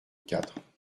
quatre